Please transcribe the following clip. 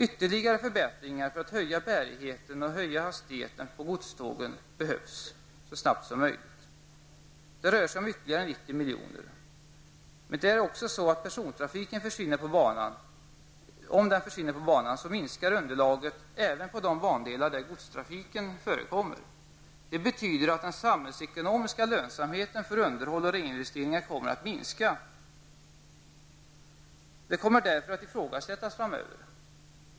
Ytterligare förbättringar för att öka bärigheten och höja hastigheten på godstågen behövs så snabbt som möjligt. Det rör sig om ytterligare 90 miljoner. Men om persontrafiken försvinner på banan, minskar underlaget även på de bandelar där godstrafik förekommer. Det betyder att den samhällsekonomiska lönsamheten för underhåll och reinvesteringar kommer att minska, och de kommer därför att ifrågasättas framöver.